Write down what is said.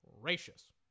gracious